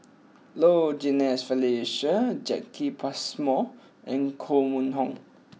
Low Jimenez Felicia Jacki Passmore and Koh Mun Hong